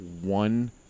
one